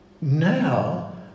Now